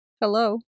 hello